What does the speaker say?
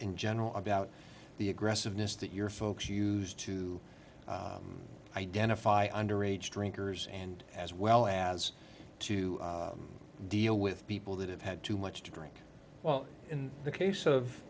in general about the aggressiveness that your folks used to identify under age drinkers and as well as to deal with people that have had too much to drink while in the case of